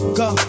go